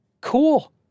Cool